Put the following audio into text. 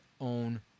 own